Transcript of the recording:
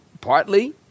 Partly